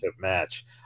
match